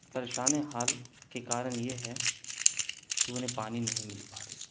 پریشان حال کے کارن یہ ہے کہ انہیں پانی نہیں مل پا رہی ہے